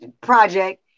project